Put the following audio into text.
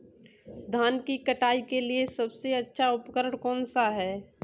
धान की कटाई के लिए सबसे अच्छा उपकरण कौन सा है?